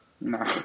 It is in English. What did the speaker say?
No